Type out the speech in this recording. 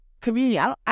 community